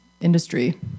industry